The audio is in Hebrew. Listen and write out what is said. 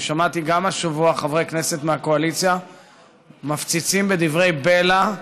אני שמעתי גם השבוע חברי כנסת מהקואליציה מפציצים בדברי בלע,